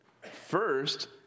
First